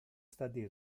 stati